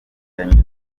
yanyuze